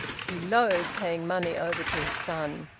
he loathed paying money over to his son.